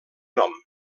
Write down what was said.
nom